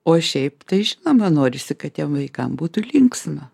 o šiaip tai žinoma norisi kad tiem vaikam būtų linksma